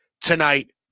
tonight